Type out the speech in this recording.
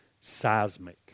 seismic